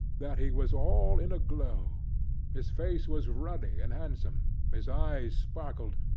that he was all in a glow his face was ruddy and handsome his eyes sparkled,